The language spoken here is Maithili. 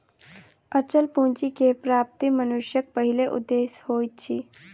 अचल पूंजी के प्राप्ति मनुष्यक पहिल उदेश्य होइत अछि